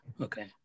Okay